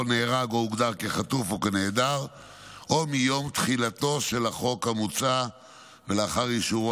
הוגדר כחטוף או כנעדר או מיום תחילתו של החוק המוצע ולאחר אישורו,